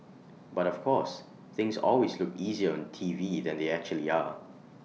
but of course things always look easier on T V than they actually are